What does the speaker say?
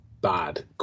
bad